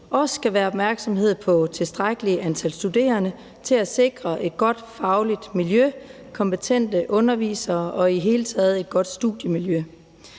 skal være opmærksomhed på, at der er et tilstrækkeligt antal studerende til at sikre et godt fagligt miljø, kompetente undervisere og i det hele taget et godt studiemiljø.